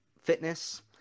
fitness